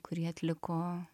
kurį atliko